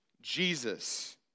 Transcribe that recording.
Jesus